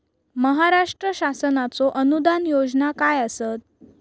महाराष्ट्र शासनाचो अनुदान योजना काय आसत?